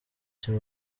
cy’u